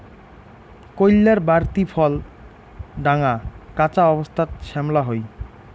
কইল্লার বাড়তি ফল ঢাঙা, কাঁচা অবস্থাত শ্যামলা হই